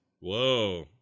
Whoa